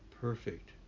perfect